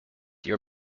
your